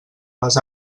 les